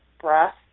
Breath